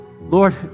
Lord